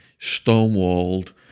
stonewalled